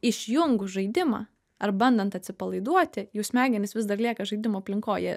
išjungus žaidimą ar bandant atsipalaiduoti jų smegenys vis dar lieka žaidimo aplinkoj jie